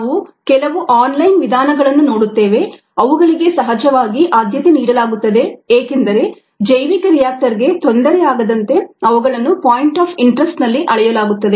ನಾವು ಕೆಲವು online ವಿಧಾನಗಳನ್ನು ನೋಡುತ್ತೇವೆ ಅವುಗಳಿಗೆ ಸಹಜವಾಗಿ ಆದ್ಯತೆ ನೀಡಲಾಗುತ್ತದೆ ಏಕೆಂದರೆ ಜೈವಿಕ ರಿಯಾಕ್ಟರ್ಗೆ ತೊಂದರೆಯಾಗದಂತೆ ಅವುಗಳನ್ನು ಪಾಯಿಂಟ್ ಆಫ್ ಇಂಟರೆಸ್ಟ್ ನಲ್ಲಿ ಅಳೆಯಲಾಗುತ್ತದೆ